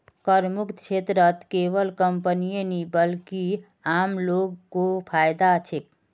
करमुक्त क्षेत्रत केवल कंपनीय नी बल्कि आम लो ग को फायदा छेक